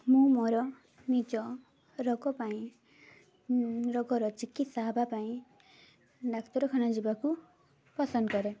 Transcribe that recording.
ମୁଁ ମୋର ନିଜ ରୋଗ ପାଇଁ ରୋଗର ଚିକିତ୍ସା ହେବା ପାଇଁ ଡାକ୍ତରଖାନା ଯିବାକୁ ପସନ୍ଦ କରେ